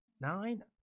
Nine